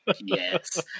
Yes